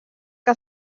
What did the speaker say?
que